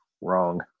Wrong